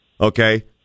okay